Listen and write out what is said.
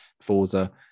forza